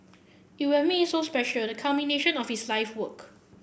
it would have made so special the culmination of his life's work